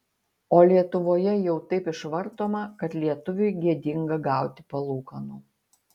o lietuvoje jau taip išvartoma kad lietuviui gėdinga gauti palūkanų